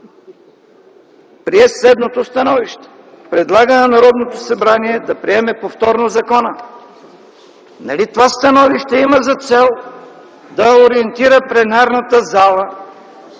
прие следното становище: предлага на Народното събрание да приеме повторно закона.” Нали това становище има за цел да ориентира пленарната зала